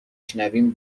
شنویم